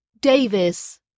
Davis